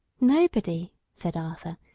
nobody, said arthur,